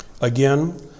Again